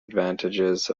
advantages